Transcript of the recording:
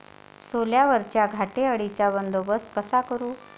सोल्यावरच्या घाटे अळीचा बंदोबस्त कसा करू?